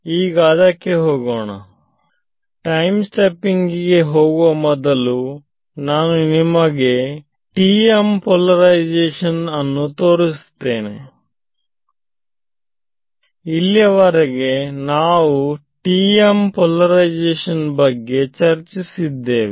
ಈಗ ಅದಕ್ಕೆ ಹೋಗೋಣ ಟೈಮ್ ಸ್ಟೆಪಿಂಗ್ ಗೆ ಮುಂದುವರೆಸಿ ಮೊದಲು ನಾನು ನಿಮಗೆ TM ಪೋಲಾರೈಸೇಶನ್ ಅನ್ನು ತೋರಿಸುತ್ತೇನೆ ಇಲ್ಲಿಯವರೆಗೆ ನಾವು TM ಪೋಲಾರೈಸೇಶನ್ ಬಗ್ಗೆ ಚರ್ಚಿಸಿದ್ದೇವೆ